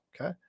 okay